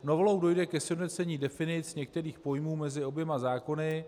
Novelou dojde ke sjednocení definic některých pojmů mezi oběma zákony.